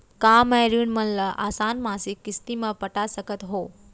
का मैं ऋण मन ल आसान मासिक किस्ती म पटा सकत हो?